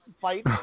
fight